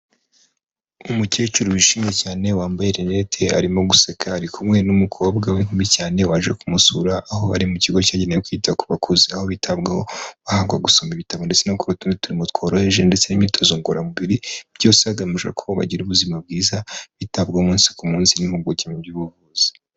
Umukecuru wishimye cyane wambaye renete arimo guseka, ari kumwe n'umukobwa w'inkumi cyane waje kumusura, aho bari mu kigo cyagenewe kwita ku bakuze. Aho bitabwaho bahabwa gusoma ibitabo ndetse no gukora utundi turimo tworoheje ndetse n'imyitozo ngororamubiri, byose hagamijwe ko bagira ubuzima bwiza, bitabwaho umunsi ku munsi n'impimpuguke mu by'ubuvuzi.